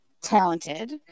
talented